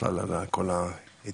בכלל על כל ההתנהלות.